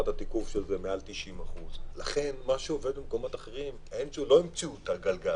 התיקוף של זה הוא מעל 90%. לא המציאו פה את הגלגל,